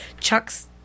Chuck's